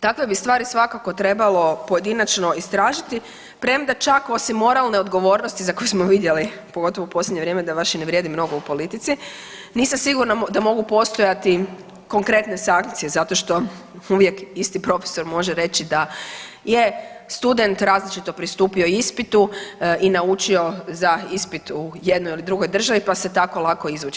Takve bi stvari svakako trebalo pojedinačni istražiti premda čak osim moralne odgovornosti za koju smo vidjeli pogotovo u posljednje vrijeme da baš ne vrijedi mnogo u politici nisam sigurna da mogu postojati konkretne sankcije zato što uvijek isti profesor može reći da je student različito pristupio ispitu i naučio za ispit u jednoj ili drugoj državi pa se tako lako izvući.